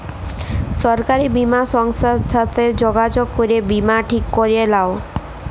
সরকারি বীমা সংস্থার সাথে যগাযগ করে বীমা ঠিক ক্যরে লাও